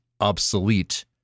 obsolete